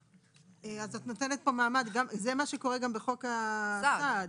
זה מה שקורה גם בחוק הסעד,